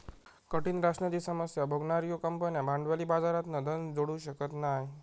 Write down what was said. कठीण राशनाची समस्या भोगणार्यो कंपन्यो भांडवली बाजारातना धन जोडू शकना नाय